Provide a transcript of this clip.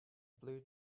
blue